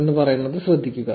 എന്ന് പറയുന്നത് ശ്രദ്ധിക്കുക